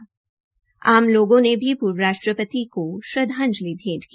जहां आम लोगों ने भी पूर्व राष्ट्रपति को श्रद्वांजलि भेटे की